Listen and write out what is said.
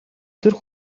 зүрх